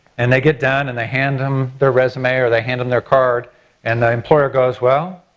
and they get done and they hand them their resume or they hand them their card and the employer goes well,